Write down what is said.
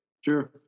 Sure